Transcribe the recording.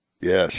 Yes